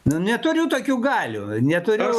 nu neturiu tokių galių neturiu